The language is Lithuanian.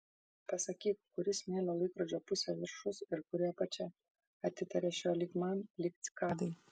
pasakyk kuri smėlio laikrodžio pusė viršus ir kuri apačia atitaria šio lyg man lyg cikadai